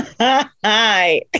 Hi